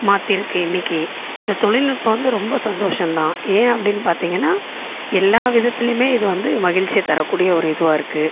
மாற்றி இருக்குது இன்னைக்கு இந்த தொழில்நுட்பம் வந்து ரொம்ப சந்தோஷம் தான் ஏன் அப்படின்னு பார்த்தீங்கன்னா எல்லா விதத்துலேயுமே இது வந்து மகிழ்ச்சியை தரக்கூடிய ஒரு இதுவாக இருக்குது